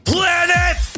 Planet